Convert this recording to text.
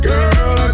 Girl